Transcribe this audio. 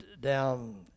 down